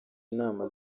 inama